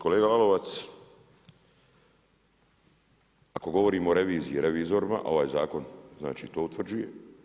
Kolega Lalovac, ako govorimo o reviziji i revizorima, ovaj zakon, znači to utvrđuje.